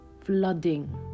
flooding